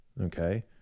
okay